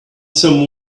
some